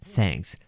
Thanks